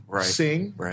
sing